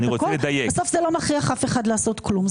בסוף זה לא מכריח אף אחד לעשות כלום.